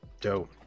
Dope